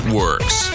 works